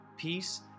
peace